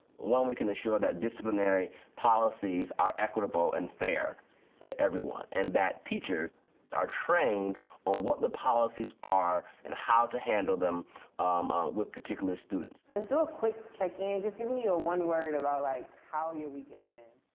when we can ensure that disciplinary policies are equitable and fair to everyone and that teachers are trained on what the policies are and how to handle them with particular students. let's do a quick check in. just give me a one word about like how your week has been.